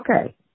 okay